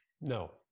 no